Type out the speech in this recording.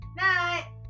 Night